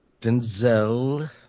Denzel